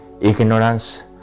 ignorance